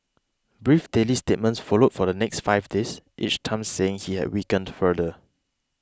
brief daily statements followed for the next five days each time saying he had weakened further